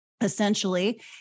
essentially